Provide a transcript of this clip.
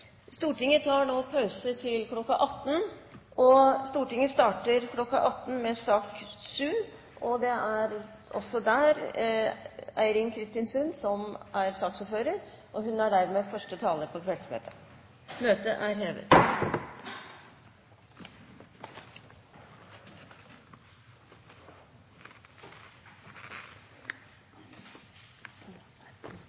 Stortinget tar nå pause til kl. 18, og starter da med sak nr. 7. Det er også der Eirin Kristin Sund som er saksordfører, hun er dermed første taler på kveldsmøtet. Presidenten minner om at en beriktiget innstilling er